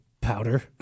powder